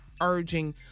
urging